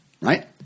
right